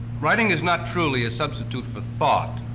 writing is not truly a substitute for thought.